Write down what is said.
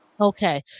Okay